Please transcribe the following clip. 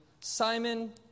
Simon